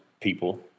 people